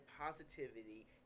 positivity